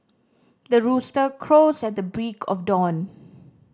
the rooster crows at the break of dawn